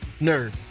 Nerd